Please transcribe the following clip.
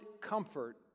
comfort